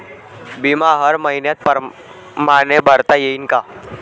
बिमा हर मइन्या परमाने भरता येऊन का?